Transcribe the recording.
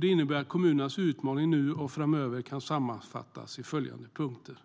Det innebär att kommunernas utmaningar nu och framöver kan sammanfattas i följande punkter: